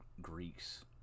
Greeks